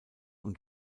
und